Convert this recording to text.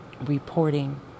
reporting